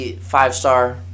Five-star